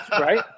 Right